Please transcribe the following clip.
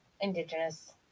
Indigenous